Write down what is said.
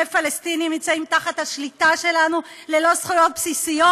פלסטינים נמצאים תחת השליטה שלנו ללא זכויות בסיסיות,